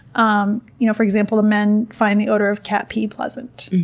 um you know for example, the men find the odor of cat pee pleasant,